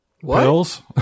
pills